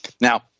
Now